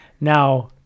now